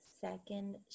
second